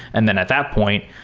and then at that point,